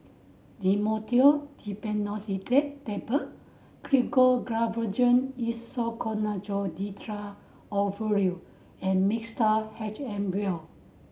Dhamotil Diphenoxylate Tablet Gyno Travogen Isoconazole Nitrate Ovule and Mixtard H M Vial